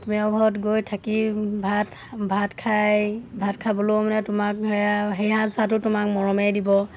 তুমিও ঘৰত গৈ থাকি ভাত ভাত খাই ভাত খাবলৈও মানে তোমাক সেই সাজ ভাতো তোমাক মৰমেই দিব